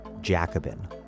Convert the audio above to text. Jacobin